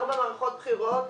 ארבע מערכות בחירות,